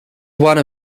one